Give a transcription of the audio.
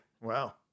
Wow